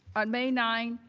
on may nine,